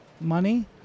money